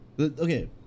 Okay